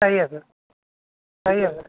আহি আছে আহি আছে